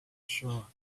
sure